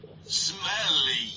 Smelly